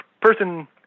person